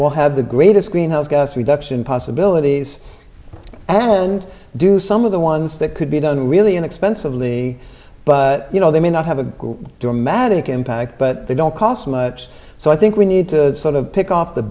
will have the greatest greenhouse gas reduction possibilities and do some of the ones that could be done really inexpensively but you know they may not have a dramatic impact but they don't cost much so i think we need to sort of pick off the